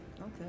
Okay